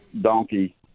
donkey